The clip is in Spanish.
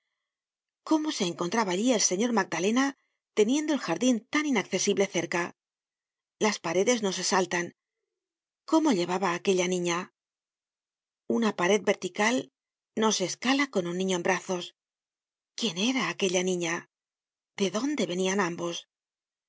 cómo se encontraba allí el señor magdalena teniendo el jardin tan inaccesible cerca las paredes no se saltan cómo llevaba aquella niña una pared vertical no se escala con un niño en brazos quién era aquella niña de dónde venian ambos